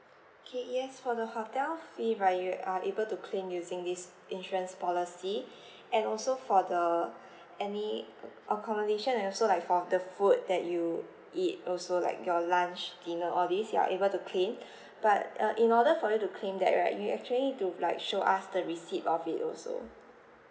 okay yes for the hotel fee right you are able to claim using this insurance policy and also for the any ac~ accommodation and also like for the food that you eat also like your lunch dinner all these you are able to claim but uh in order for you to claim that right you actually need to like show us the receipt of it also